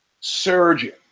surgeon